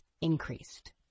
increased